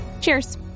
Cheers